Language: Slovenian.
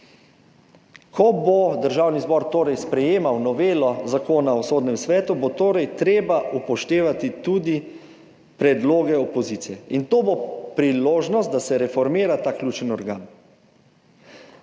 Ko bo Državni zbor sprejemal novelo Zakona o sodnem svetu, bo torej treba upoštevati tudi predloge opozicije in to bo priložnost, da se reformira ta ključni organ.